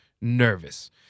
nervous